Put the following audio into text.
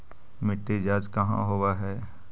मिट्टी जाँच कहाँ होव है?